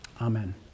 Amen